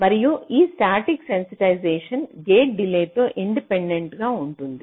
మరియు ఈ static sensitization gate delay తో ఇండిపెండెంట్ గా ఉంటుంది